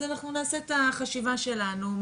אז אנחנו נעשה את החשיבה שלנו.